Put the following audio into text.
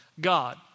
God